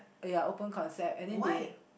ya open concept and then they